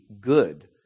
good